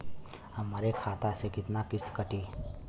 हमरे खाता से कितना किस्त कटी?